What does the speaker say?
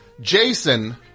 Jason